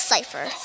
Cipher